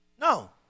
No